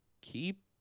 keep